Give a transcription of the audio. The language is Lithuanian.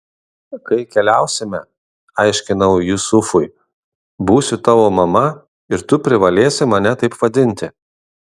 kai keliausime aiškinau jusufui būsiu tavo mama ir tu privalėsi mane taip vadinti